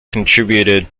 contributed